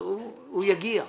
הוא יגיע לי,